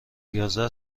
یازده